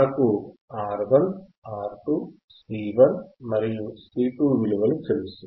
మనకు R1 R2 C1 మరియు C2 విలువలు తెలుసు